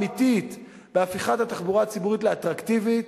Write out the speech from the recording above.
אמיתית בהפיכת התחבורה הציבורית לאטרקטיבית.